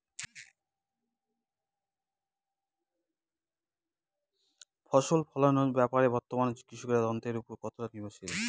ফসল ফলানোর ব্যাপারে বর্তমানে কৃষকরা যন্ত্রের উপর কতটা নির্ভরশীল?